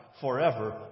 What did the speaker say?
forever